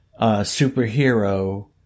superhero